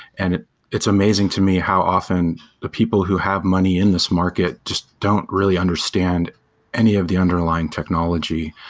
and it's amazing to me how often the people who have money in this market just don't really understand any of the underlying technology.